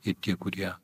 ir tie kurie